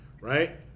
right